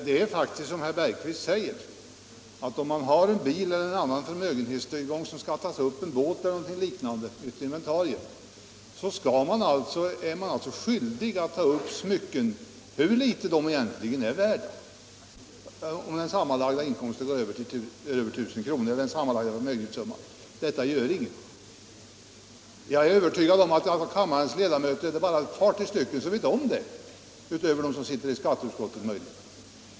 Det är faktiskt som herr Bergqvist säger, att om man skall ta upp en bil eller en annan förmögenhetstillgång av samma slag —- en båt eller något annat inventarium — så är man också skyldig att ta upp smycken, hur litet de egentligen är värda, om den sammanlagda förmögenhetssumman överstiger 1000 kr. Jag är övertygad om att av kammarens ledamöter är det bara några stycken som vet om detta — utöver dem som sitter i skatteutskottet.